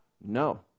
No